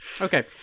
Okay